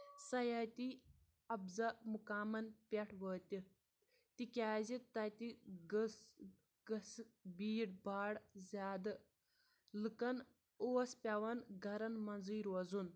سَیاحتی اَفزا مُکامن پٮ۪ٹھ وٲتِتھ تِکیازِ تَتہِ گٔژھ گژھِ بیٖڈ باڑ زیادٕ لُکن اوس پیوان گرن منٛزٕے روزُن